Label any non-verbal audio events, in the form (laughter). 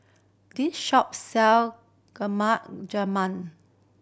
this shop sell (unintelligible) Jamun